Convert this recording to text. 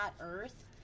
earth